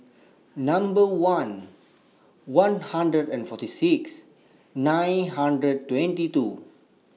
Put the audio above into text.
Number one one hundred and forty six nine hundred twenty two